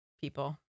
people